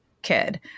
kid